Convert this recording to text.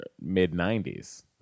mid-90s